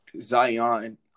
Zion